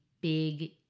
big